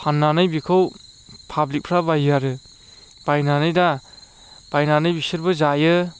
फाननानै बिखौ पाब्लिकफ्रा बायो आरो बायनानै दा बायनानै बिसोरबो जायो